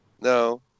No